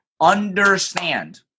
understand